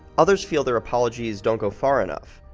others feel their apologies don't go far enough.